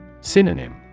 Synonym